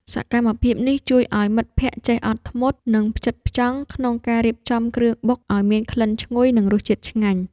សកម្មភាពនេះជួយឱ្យមិត្តភក្តិចេះអត់ធ្មត់ និងផ្ចិតផ្ចង់ក្នុងការរៀបចំគ្រឿងបុកឱ្យមានក្លិនឈ្ងុយ និងរសជាតិឆ្ងាញ់។